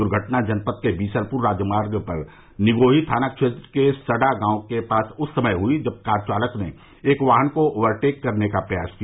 दूर्घटना जनपद के बीसलपुर राजमार्ग पर निगोही थाना क्षेत्र के सडा गांव के पास उस समय हुई जब कार चालक ने एक वाहन को ओवरटेक करने का प्रयास किया